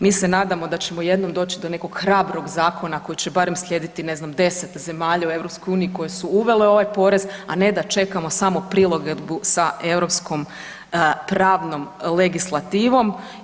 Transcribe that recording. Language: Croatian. Mi se nadamo da ćemo jednom doći do nekog hrabrog zakona koji će barem slijediti, ne znam deset zemalja u EU koje su uvele ovaj porez, a ne da čekamo samo prilagodbu sa europskom pravnom legislativom.